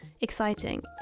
exciting